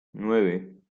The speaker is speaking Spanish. nueve